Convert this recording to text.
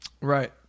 right